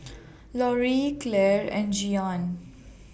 Loree Claire and Jeanne